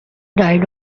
died